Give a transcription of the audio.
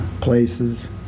Places